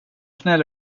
snäll